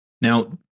Now